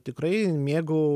tikrai mėgau